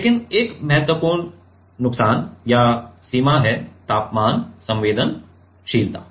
लेकिन एक महत्वपूर्ण नुकसान या सीमा है तापमान संवेदनशीलता